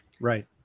Right